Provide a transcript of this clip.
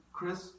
Chris